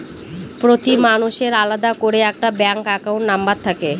প্রতি মানুষের আলাদা করে একটা ব্যাঙ্ক একাউন্ট নম্বর থাকে